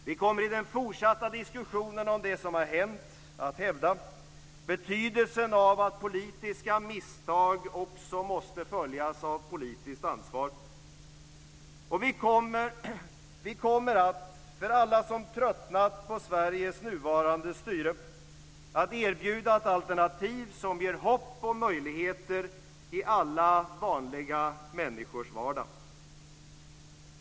Vi kommer i den fortsatta diskussionen om det som har hänt att hävda betydelsen av att politiska misstag också måste följas av politiskt ansvar. Vi kommer att för alla som har tröttnat på Sveriges nuvarande styre erbjuda ett alternativ som ger hopp och möjligheter i alla vanliga människors vardag.